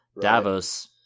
Davos